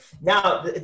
Now